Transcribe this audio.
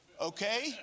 okay